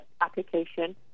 application